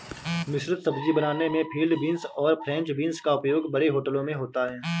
मिश्रित सब्जी बनाने में फील्ड बींस और फ्रेंच बींस का उपयोग बड़े होटलों में होता है